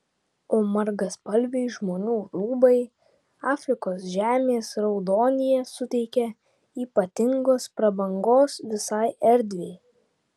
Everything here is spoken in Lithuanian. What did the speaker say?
o margaspalviai žmonių rūbai afrikos žemės raudonyje suteikia ypatingos prabangos visai erdvei